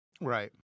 Right